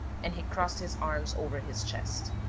and he crossed his arms over his chest.